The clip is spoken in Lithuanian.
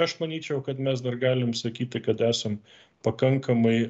aš manyčiau kad mes dar galim sakyti kad esam pakankamai